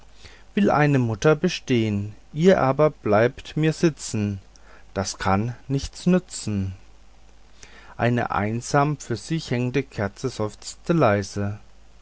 will eine mutter bestehn ihr aber bleibt mir sitzen das kann nichts nützen eine einsam für sich hängende kerze seufzte leise